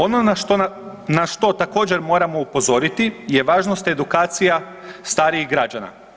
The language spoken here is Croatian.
Ono na što također moramo upozoriti je važnost edukacija starijih građana.